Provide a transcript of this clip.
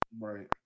right